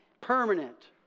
permanent